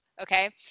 okay